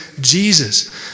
Jesus